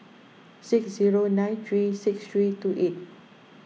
six zero nine three six three two eight